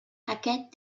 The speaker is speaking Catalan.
aquest